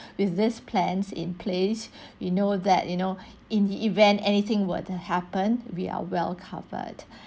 with this plans in place you know that you know in the event anything were to happen we are well covered